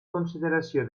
consideració